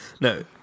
No